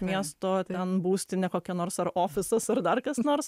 miesto ten būstinė kokia nors ar ofisas ar dar kas nors